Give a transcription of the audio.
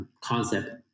concept